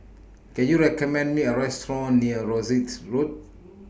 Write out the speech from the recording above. Can YOU recommend Me A Restaurant near Rosyth Road